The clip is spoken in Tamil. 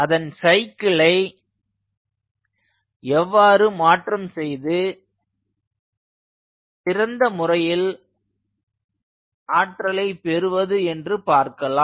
அதன் சைக்கிளை எவ்வாறு மாற்றம் செய்து சிறந்த முறையில் ஆற்றலை பெறுவது என்று பார்க்கலாம்